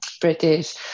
British